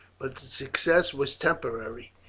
but the success was temporary,